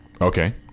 Okay